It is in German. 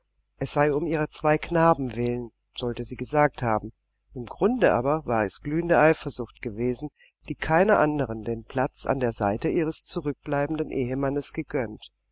es sei um ihrer zwei knaben willen sollte sie gesagt haben im grunde aber war es glühende eifersucht gewesen die keiner anderen den platz an der seite ihres zurückbleibenden ehemannes gegönnt